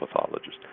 pathologist